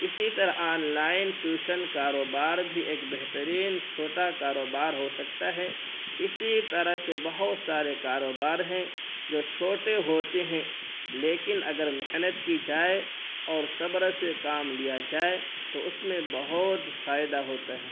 اسی طرح online tuition کاروبار بھی ایک بہترین چھوٹا کاروبار ہو سکتا ہے اسی طرح کے بہت سارے کاروبار ہیں جو چھوٹے ہوتے ہیں لیکن اگر محنت کی جائے اور صبر سے کام لیا جائے تو اس میں بہت فائدہ ہوتا ہے